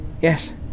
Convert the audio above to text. Yes